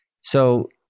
So-